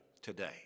today